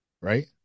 Right